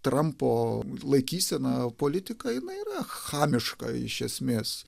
trampo laikyseną politiką jinai yra chamiška iš esmės